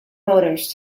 boaters